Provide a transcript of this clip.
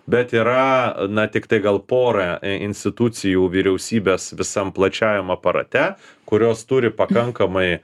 bet yra na tiktai gal pora institucijų vyriausybės visam plačiajam aparate kurios turi pakankamai